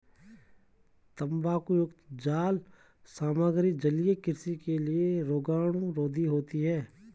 तांबायुक्त जाल सामग्री जलीय कृषि के लिए रोगाणुरोधी होते हैं